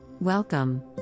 Welcome